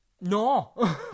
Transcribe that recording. no